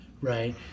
right